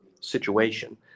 situation